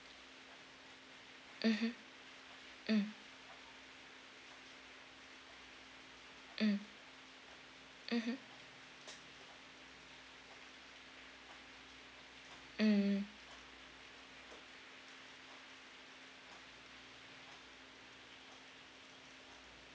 mmhmm mm mm mmhmm mm mm